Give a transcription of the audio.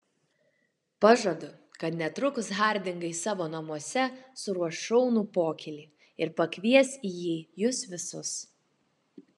pažadu kad netrukus hardingai savo namuose suruoš šaunų pokylį ir pakvies į jį jus visus